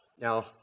Now